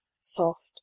soft